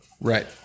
Right